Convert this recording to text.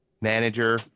manager